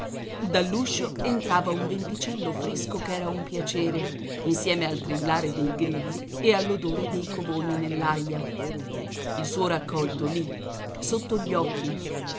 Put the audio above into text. davanti dall'uscio entrava un venticello fresco ch'era un piacere insieme al trillare dei grilli e all'odore dei covoni nell'aia il suo raccolto lì sotto gli occhi